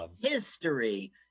history